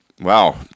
Wow